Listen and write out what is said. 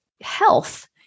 health